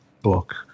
book